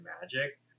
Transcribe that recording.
magic